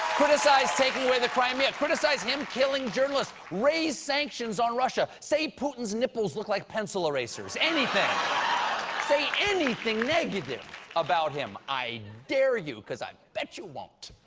criticize taking away the crimea. criticize him killing journalists. raise sanctions on russia. say putin's nipples look like pencil erasers. say anything negative about him. i dare you, because i bet you won't,